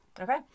Okay